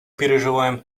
переживаем